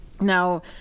Now